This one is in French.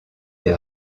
des